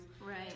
Right